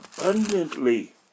abundantly